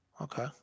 Okay